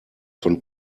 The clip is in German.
von